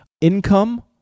income